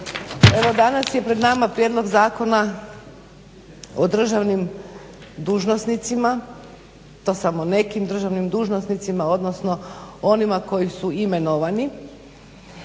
danas je pred nama prijedlog zakona o državnim dužnosnicima i to samo nekim državnim dužnosnicima, odnosno onima koji su imenovani.